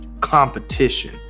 competition